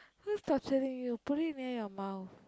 who's torturing you put it near your mouth